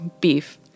Beef